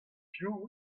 piv